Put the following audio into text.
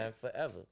forever